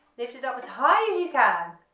lift it up as high as you can,